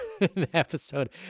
episode